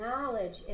knowledge